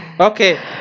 Okay